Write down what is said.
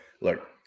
look